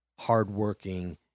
hardworking